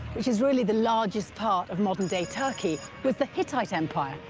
which is really the largest part of modern-day turkey, was the hittite empire.